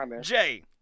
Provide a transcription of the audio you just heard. Jay